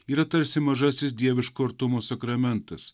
yra tarsi mažasis dieviško artumo sakramentas